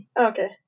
Okay